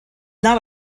not